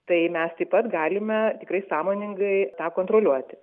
tai mes taip pat galime tikrai sąmoningai tą kontroliuoti